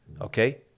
Okay